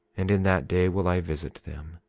and in that day will i visit them,